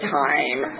time